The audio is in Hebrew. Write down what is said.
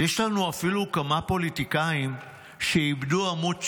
יש לנו אפילו כמה פוליטיקאים שאיבדו עמוד שדרה,